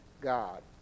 God